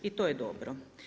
I to je dobro.